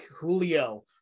Julio